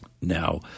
Now